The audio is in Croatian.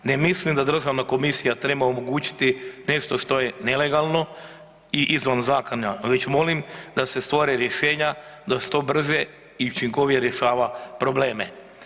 Ne mislim da državna komisija treba omogućiti nešto što je nelegalno i izvan zakona, već molim da se stvore rješenja da što brže i učinkovitije rješava probleme.